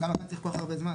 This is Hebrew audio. למה כאן צריך כל כך הרבה זמן?